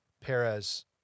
Perez